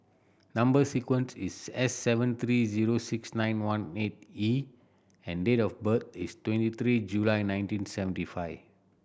number sequence is S seven three zero six nine one eight E and date of birth is twenty three July nineteen seventy five